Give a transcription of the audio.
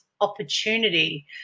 opportunity